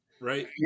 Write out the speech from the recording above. right